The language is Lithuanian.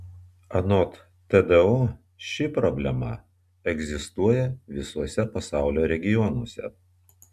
anot tdo ši problema egzistuoja visuose pasaulio regionuose